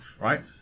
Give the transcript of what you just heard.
Right